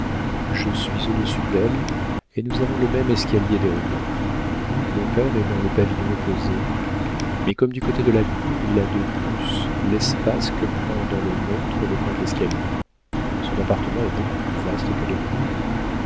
je suis au-dessus d'elle et nous avons le même escalier dérobé mon père est dans le pavillon opposé mais comme du côté de la cour il a de plus l'espace que prend dans le nôtre le grand escalier son appartement est beaucoup plus vaste que les nôtres